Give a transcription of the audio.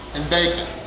and bacon!